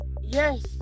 Yes